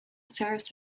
serves